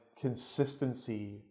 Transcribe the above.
consistency